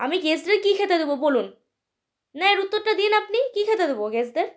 আমি গেস্টদের কী খেতে দেব বলুন না এর উত্তরটা দিন আপনি কী খেতে দেব গেস্টদের